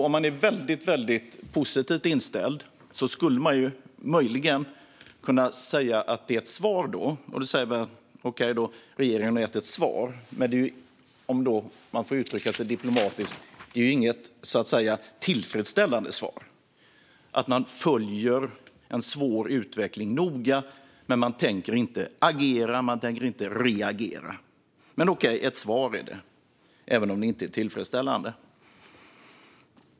Om man är väldigt positivt inställd skulle man möjligen kunna säga att regeringen har gett ett svar. Men det är, för att uttrycka sig diplomatiskt, inget tillfredsställande svar - att man följer en svår utveckling noga men inte tänker agera eller reagera. Men okej, ett svar är det, även om det inte är tillfredsställande.